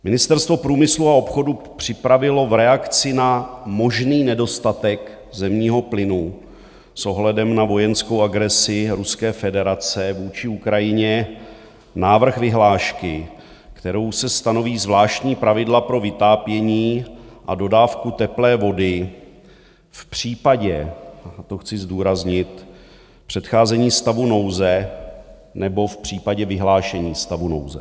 Ministerstvo průmyslu a obchodu připravilo v reakci na možný nedostatek zemního plynu s ohledem na vojenskou agresi Ruské federace vůči Ukrajině návrh vyhlášky, kterou se stanoví zvláštní pravidla pro vytápění a dodávku teplé vody v případě, a to chci zdůraznit, předcházení stavu nouze nebo v případě vyhlášení stavu nouze.